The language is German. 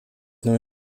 nur